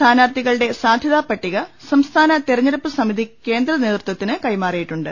സ്ഥാനാർത്ഥികളുടെ സാധ്യതാ പട്ടിക സംസ്ഥാന തെരഞ്ഞെടുപ്പ് സമിതി കേന്ദ്ര നേതൃത്വത്തിന് കൈമാറിയിട്ടുണ്ട്